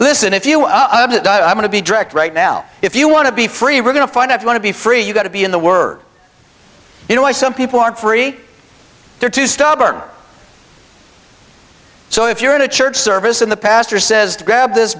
listen if you up to die i want to be direct right now if you want to be free we're going to find out who want to be free you got to be in the word you know why some people aren't free they're too stubborn so if you're in a church service in the pastor says grab this